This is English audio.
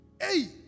Hey